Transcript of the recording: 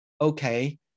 Okay